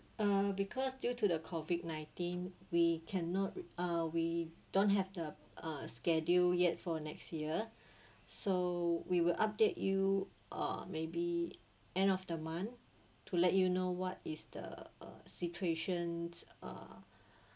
uh because due to the COVID nineteen we cannot uh we don't have the uh schedule yet for next year so we will update you uh maybe end of the month to let you know what is the uh situations uh